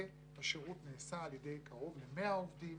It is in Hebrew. ושירות נעשה על ידי קרוב ל-100 עובדים